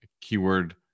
keyword